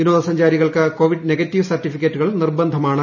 വിനോദ സഞ്ചാരികൾക്ക് Covid negative സർട്ടിഫിക്കറ്റുകൾ നിർബന്ധമാണ്